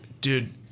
Dude